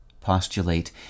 Postulate